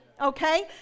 okay